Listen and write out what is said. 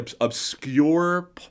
obscure